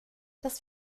das